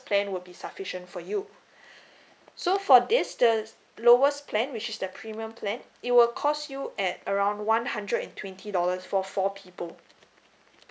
plan would be sufficient for you so for this the lowest plan which is the premium plan it will cost you at around one hundred and twenty dollars for four people